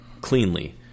cleanly